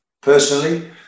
personally